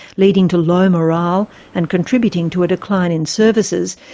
leading to low morale and contributing to a decline in services,